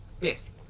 yes